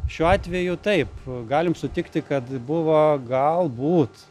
šiuo atveju taip galim sutikti kad buvo galbūt